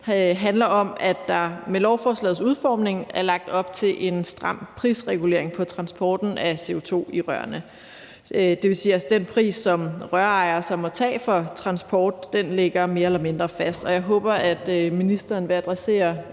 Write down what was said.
handler om, at der med lovforslagets udformning er lagt op til en stram prisregulering af transporten af CO2 i rørene. Det vil sige, at den pris, som rørejere så må tage for transport, ligger mere eller mindre fast. Jeg håber, at ministeren vil adressere